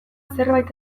zerbait